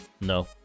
No